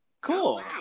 Cool